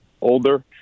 older